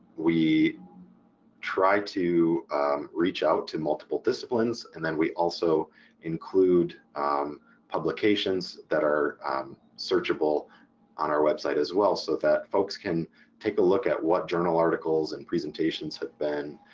we try to reach out to multiple disciplines, and then we also include publications that are searchable on our website as well so that folks can take a look at what journal articles and presentations have been,